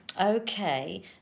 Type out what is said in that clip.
Okay